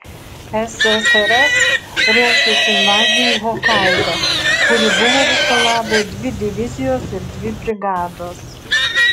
ssrs ruošėsi invazijai į hokaidą kuri buvo viso labo dvi divizijos ir dvi brigados